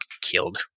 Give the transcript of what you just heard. killed